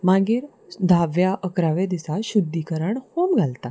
मागीर धाव्या अकराव्या दिसा शुद्धीकरण होम घालता